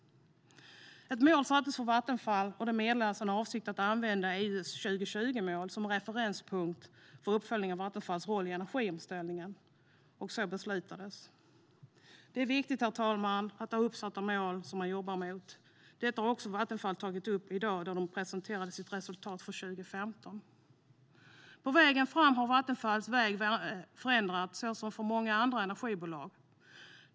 Ett mål sattes för Vattenfall, och det meddelades en avsikt att använda EU:s 2020-mål som referenspunkt för uppföljning av Vattenfalls roll i energiomställningen. Det beslutades också. Det är viktigt, herr talman, att ha uppsatta mål att jobba mot. Det har Vattenfall också tagit upp i dag, då man presenterade sitt resultat för 2015. På vägen fram har Vattenfalls väg förändrats, precis som för många andra energibolag.